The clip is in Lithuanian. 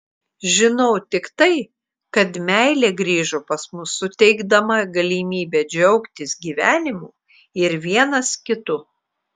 žinau tik tai kad meilė grįžo pas mus suteikdama galimybę džiaugtis gyvenimu ir vienas kitu